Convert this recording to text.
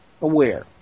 aware